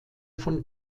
von